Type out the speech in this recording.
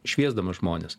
šviesdamas žmones